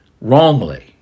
wrongly